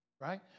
right